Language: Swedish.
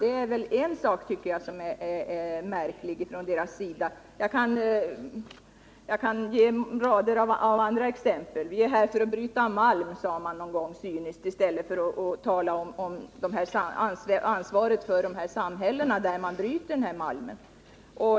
Det är en sak som jag tycker är märklig, och jag skulle kunna ge rader av andra exempel. Vi är här för att bryta malm, sade man en gång cyniskt, inte för att ta ansvaret för samhällena där malmen bryts.